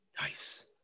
Nice